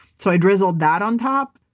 so i drizzled that on top.